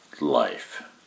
life